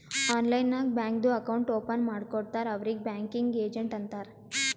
online ನಾಗ್ ಬ್ಯಾಂಕ್ದು account open ಮಾಡ್ಕೊಡ್ತಾರ್ ಅವ್ರಿಗ್ ಬ್ಯಾಂಕಿಂಗ್ ಏಜೆಂಟ್ ಅಂತಾರ್